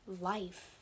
life